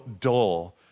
dull